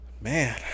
man